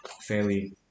fairly